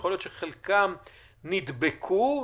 חלקם נדבקו,